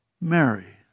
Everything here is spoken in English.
Mary